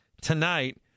tonight